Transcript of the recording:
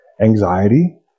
anxiety